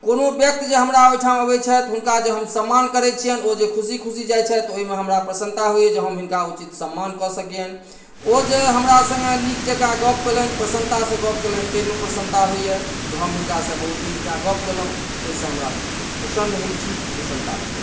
कोनो व्यक्ति जे हमरा ओहिठाम अबैत छथि हुनका जे हम सम्मान करैत छियनि ओ जे खुशी खुशी जाइत छथि ओहिमे हमरा प्रसन्नता होइए जे हम हिनका उचित सम्मान कऽ सकियनि ओ जे हमरा सङ्गे नीक जकाँ गप केलनि प्रसन्नतासँ गप केलनि ताहिमे प्रसन्नता होइए जे हम हिनकासँ बहुत नीक जकाँ गप केलहुँ ओहिसँ हमरा प्रसन्न होइत छी हमरा प्रसन्नता होइए